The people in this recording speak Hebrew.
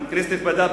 כנסת נכבדה,